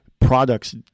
products